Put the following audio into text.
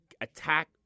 attack